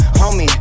homie